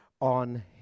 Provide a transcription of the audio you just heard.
on